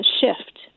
shift